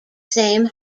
same